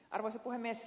arvoisa puhemies